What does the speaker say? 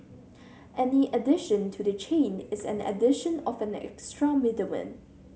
any addition to the chain is an addition of an extra middleman